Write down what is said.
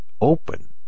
open